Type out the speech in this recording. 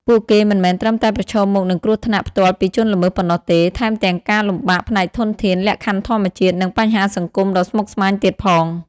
ពួកគេមិនមែនត្រឹមតែប្រឈមមុខនឹងគ្រោះថ្នាក់ផ្ទាល់ពីជនល្មើសប៉ុណ្ណោះទេ ថែមទាំងការលំបាកផ្នែកធនធាន លក្ខខណ្ឌធម្មជាតិ និងបញ្ហាសង្គមដ៏ស្មុគស្មាញទៀតផង។